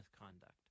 misconduct